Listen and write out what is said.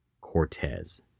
Cortez